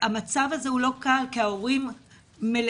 המצב הזה הוא לא קל כי ההורים מלאים,